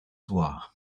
zła